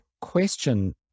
question